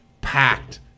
packed